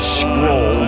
scroll